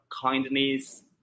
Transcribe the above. kindness